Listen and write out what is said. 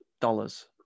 dollars